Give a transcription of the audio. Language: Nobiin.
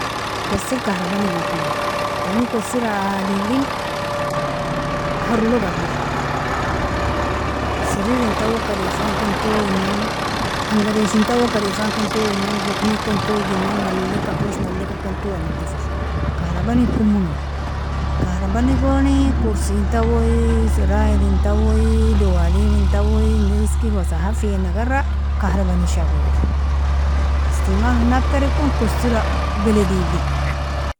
Kosir kahrabanig kummuoni, onie kosir aadilin harrolog adlero seririntawoka defan ken toyinnan angarejintawoka defan ken toyinnan rukni ken toyinnan malieka hosh malieka ken toyinnan nadifro kahrabanig kumuonoi kahrabanigoni kursiintawoi sirairintawoi dawalebintawoi ingriskir wasakhafi en agarra kahrabani shagilro, istimal oni akattare ikon kosira beledili.